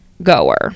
goer